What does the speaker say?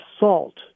assault